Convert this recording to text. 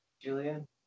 Julian